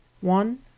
One